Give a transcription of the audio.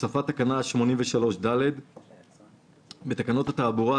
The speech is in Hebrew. הוספת תקנה 83ד בתקנות התעבורה,